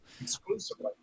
exclusively